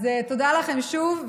אז תודה לכם שוב,